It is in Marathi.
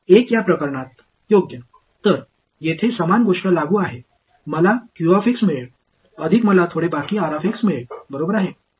1 या प्रकरणात योग्य तर येथे समान गोष्ट लागू आहे मला मिळेल अधिक मला थोडे बाकी मिळेल बरोबर आहे